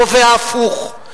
והפוך,